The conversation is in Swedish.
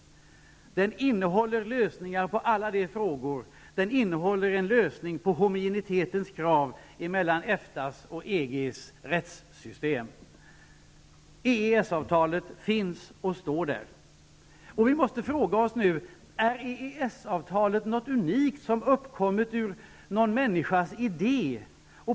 Den innehåller lösningar för att tillfredsställa de krav som ställs på homogenitet mellan EFTA:s och EG:s rättssystem. EES-avtalet finns och står där. Vi måste nu fråga oss: Är EES-avtalet någonting unikt som uppkommit ur en människas idé?